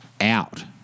Out